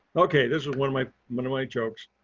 okay. this was one of my one of my jokes.